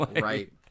right